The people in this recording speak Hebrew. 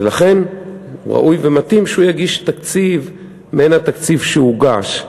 ולכן ראוי ומתאים שהוא יגיש תקציב מעין התקציב שהוגש,